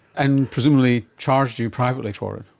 and presumably charged you privately for it.